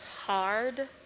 hard